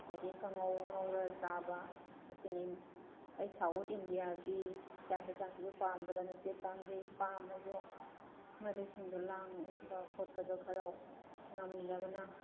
ꯑꯗꯩ ꯀꯥꯡꯍꯧ ꯉꯧꯔꯒ ꯆꯥꯕ ꯑꯁꯤꯅꯤ ꯑꯩ ꯁꯥꯎꯠ ꯏꯟꯗꯤꯌꯥꯒꯤ ꯆꯥꯛ ꯍꯤꯟꯖꯥꯡꯁꯤꯁꯨ ꯄꯥꯝꯗꯕ ꯅꯠꯇꯦ ꯄꯥꯝꯖꯩ ꯄꯥꯝꯃꯁꯨ ꯃꯗꯨꯏꯁꯤꯡꯗꯣ ꯂꯥꯡꯕ ꯈꯣꯠꯄꯗꯣ ꯈꯔ ꯉꯝꯗꯕꯅ